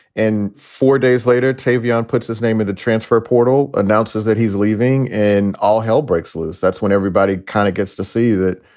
and four days later, tavian puts his name on the transfer. portale announces that he's leaving and all hell breaks loose. that's when everybody kind of gets to see that,